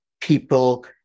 people